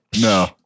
No